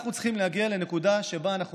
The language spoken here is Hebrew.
אנחנו צריכים להגיע לנקודה שבה אנחנו